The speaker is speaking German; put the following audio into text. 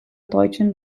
deutschen